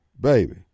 baby